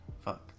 fuck